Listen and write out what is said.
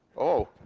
oh.